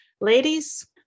ladies